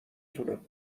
تونم